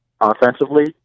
offensively